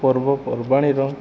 ପର୍ବପର୍ବାଣିର